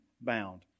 bound